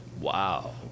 Wow